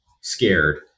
scared